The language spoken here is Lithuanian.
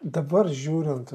dabar žiūrint